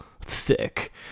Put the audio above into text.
thick